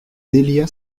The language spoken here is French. délia